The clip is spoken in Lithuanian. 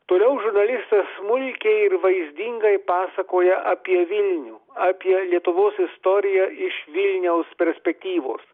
toliau žurnalistas smulkiai ir vaizdingai pasakoja apie vilnių apie lietuvos istoriją iš vilniaus perspektyvos